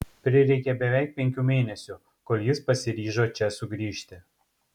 prireikė beveik penkių mėnesių kol jis pasiryžo čia sugrįžti